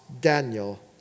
Daniel